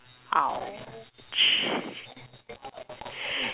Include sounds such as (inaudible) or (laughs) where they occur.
!ouch! (laughs)